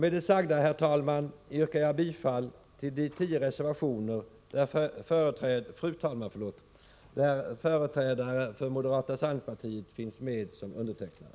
Med det sagda, fru talman, yrkar jag bifall till de tio reservationer där företrädare för moderata samlingspartiet finns med som undertecknare.